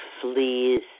fleas